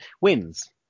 wins